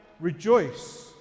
rejoice